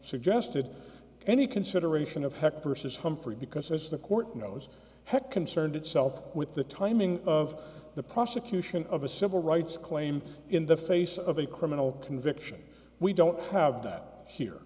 suggested any consideration of hec vs humphrey because as the court knows what concerned itself with the timing of the prosecution of a civil rights claim in the face of a criminal conviction we don't have that here